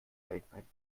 weltweiten